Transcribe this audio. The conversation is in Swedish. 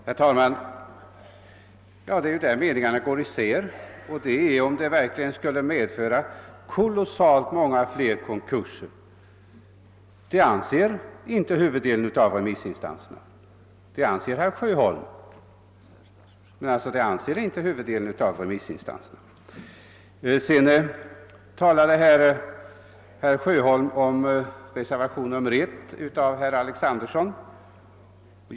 Herr talman! Det är just i frågan huruvida ett upphävande av statens skat teprivilegium skulle medföra många fler konkurser som meningarna går isär. Herr Sjöholm anser att så skulle bli fallet, men det gör inte huvuddelen av remissinstanserna. Herr Sjöholm berörde reservationen 1 av herr Alexanderson.